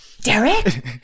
Derek